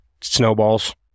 snowballs